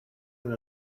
than